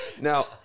Now